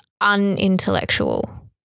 unintellectual